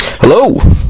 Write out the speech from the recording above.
Hello